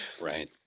Right